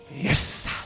yes